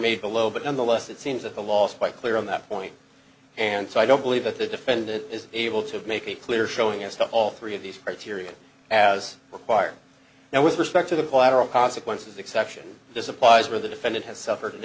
made below but nonetheless it seems that the last quite clear on that point and so i don't believe that the defendant is able to make a clear showing as to all three of these criteria as required now with respect to the collateral consequences exception this applies where the defendant has suffered an